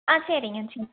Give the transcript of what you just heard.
ஆ சரிங்க சரி